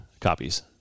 copies